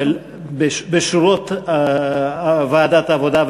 בשורות ועדת העבודה,